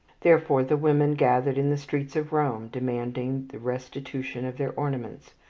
therefore the women gathered in the streets of rome, demanding the restitution of their ornaments,